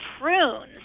prunes